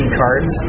cards